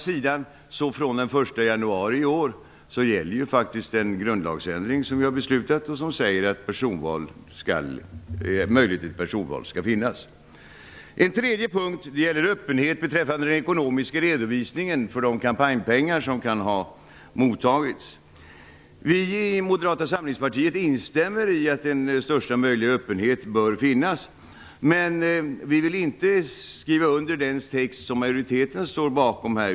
Sedan den 1 januari i år gäller å andra sidan den grundlagsändring som vi har fattat beslut om och som säger att möjlighet till personval skall finnas. En tredje punkt gäller öppenhet beträffande den ekonomiska redovisningen av de kampanjpengar som kan ha mottagits. Vi i Moderata samlingspartiet instämmer i att största möjliga öppenhet bör finnas, men vi vill inte skriva under den text som majoriteten här står bakom.